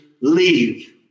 leave